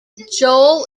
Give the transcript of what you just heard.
joel